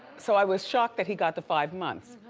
so i was shocked that he got the five months.